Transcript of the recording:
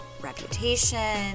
reputation